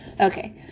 Okay